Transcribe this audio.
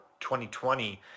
2020